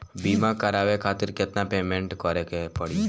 बीमा करावे खातिर केतना पेमेंट करे के पड़ी?